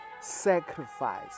sacrifice